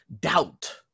Doubt